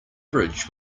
bridge